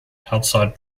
outside